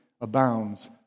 abounds